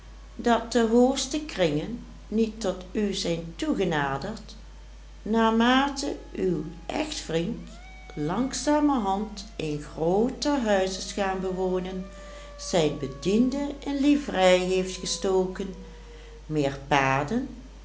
dat de hoogste kringen niet tot u zijn toegenaderd naarmate uw echtvriend langzamerhand een grooter huis is gaan bewonen zijne bedienden in liverei heeft gestoken meer paarden